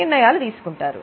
నిర్ణయాలు తీసుకుంటారు